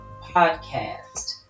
Podcast